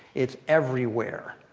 it's everywhere.